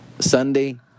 Sunday